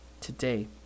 today